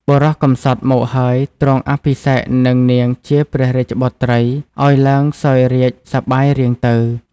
បុរសកំសត់មកហើយទ្រង់អភិសេកនឹងនាងជាព្រះរាជបុត្រី អោយឡើងសោយរាជ្យ សប្បាយរៀងទៅ ។